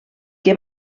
que